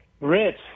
Rich